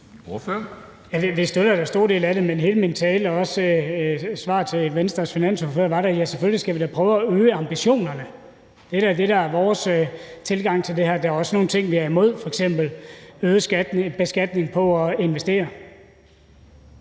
Vi støtter da store dele af det, men hele min tale, også mit svar til Venstres finansordfører, var da: Ja, selvfølgelig skal vi da prøve at øge ambitionerne. Det er da det, der er vores tilgang til det her. Der er også nogle ting, vi er imod, f.eks. øget beskatning på at investere.